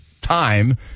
time